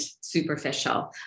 superficial